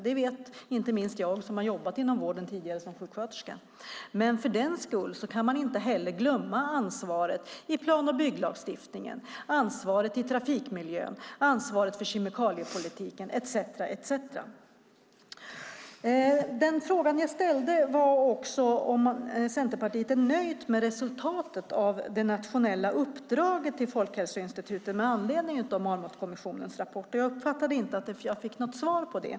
Det vet inte minst jag som har jobbat inom vården tidigare som sjuksköterska. Men för den skull kan man inte heller glömma ansvaret i plan och bygglagstiftningen, ansvaret i trafikmiljön, ansvaret för kemikaliepolitiken etcetera. Jag ställde också en fråga om Centerpartiet är nöjt med resultatet av det nationella uppdraget till Folkhälsoinstitutet med anledning av Marmotkommissionens rapport. Jag uppfattade inte att jag fick något svar på det.